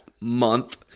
month